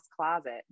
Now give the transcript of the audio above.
closet